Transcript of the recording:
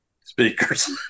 speakers